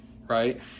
Right